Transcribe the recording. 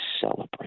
celebrate